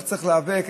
איך צריך להיאבק,